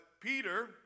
Peter